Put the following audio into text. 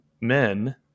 men